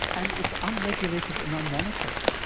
and it's unregulated and unmonitored.